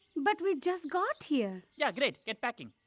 but we just got here. yeah great. get packing.